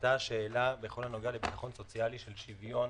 עלתה השאלה בכל הנוגע לביטחון סוציאלי של שוויון